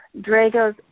Dragos